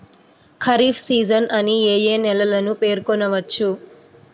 Kharif season అని ఏ ఏ నెలలను పేర్కొనవచ్చు?